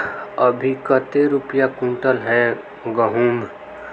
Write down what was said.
अभी कते रुपया कुंटल है गहुम?